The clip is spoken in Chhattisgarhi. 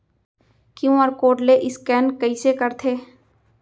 क्यू.आर कोड ले स्कैन कइसे करथे?